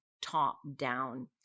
top-down